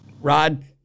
Rod